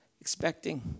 Expecting